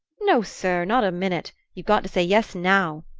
no, sir not a minute. you've got to say yes now.